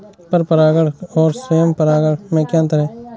पर परागण और स्वयं परागण में क्या अंतर है?